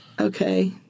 Okay